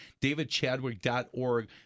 davidchadwick.org